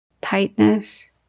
tightness